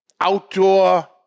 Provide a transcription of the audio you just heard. outdoor